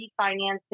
refinancing